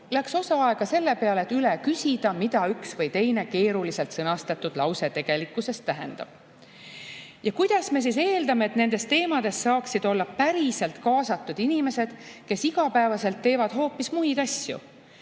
läks osa aega selle peale, et üle küsida, mida üks või teine keeruliselt sõnastatud lause tegelikkuses tähendab. Kuidas me siis eeldame, et nende teemade puhul saaksid olla päriselt kaasatud inimesed, kes igapäevaselt teevad hoopis muid